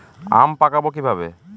আম পাকাবো কিভাবে?